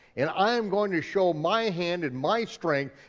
and i am going to show my hand and my strength,